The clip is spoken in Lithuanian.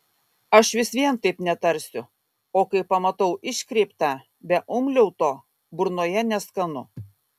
aš vis vien taip netarsiu o kai pamatau iškreiptą be umliauto burnoje neskanu